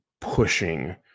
pushing